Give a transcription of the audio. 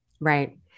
right